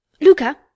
Luca